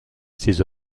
ses